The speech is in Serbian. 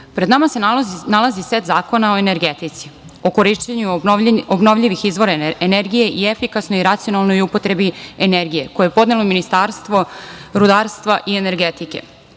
pred nama se nalazi set zakona o energetici, o korišćenju obnovljivih izvora energije i efikasnoj i racionalnoj upotrebi energije, koje je podnelo Ministarstvo rudarstva i energetike. Svesni